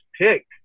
pick